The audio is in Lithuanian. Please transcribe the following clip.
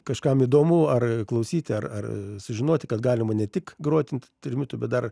kažkam įdomu ar klausyti ar ar žinoti kad galima ne tik groti trimitu bet dar